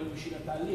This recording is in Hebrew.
אבל בשביל התהליך,